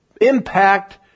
impact